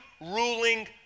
ruling